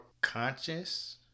conscious